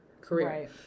career